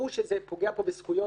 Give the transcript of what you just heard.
ברור שזה פוגע בזכויות,